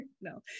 No